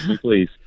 please